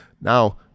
now